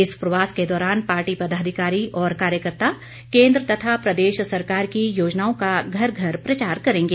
इस प्रवास के दौरान पार्टी पदाधिकारी और कार्यकर्ता केन्द्र तथा प्रदेश सरकार की योजनाओं का घर घर प्रचार करेंगे